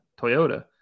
Toyota